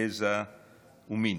גזע ומין,